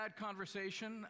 conversation